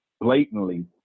blatantly